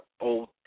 old